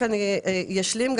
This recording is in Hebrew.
אני אשלים.